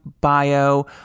bio